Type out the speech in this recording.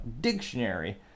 dictionary